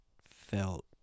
felt